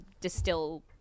distill